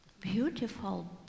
beautiful